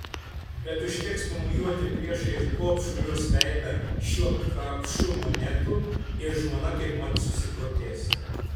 bet užteks pamojuoti priešais gobšų jos veidą šiuo kapšu monetų ir žmona kaipmat susiprotės